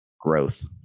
growth